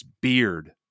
beard